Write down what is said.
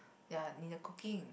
ya in the cooking